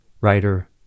writer